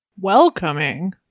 Welcoming